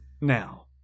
Now